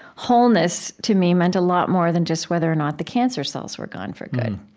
wholeness, to me, meant a lot more than just whether or not the cancer cells were gone for good.